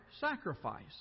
sacrifice